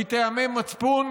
מטעמי מצפון,